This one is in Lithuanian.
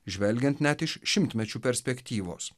žvelgiant net iš šimtmečių perspektyvos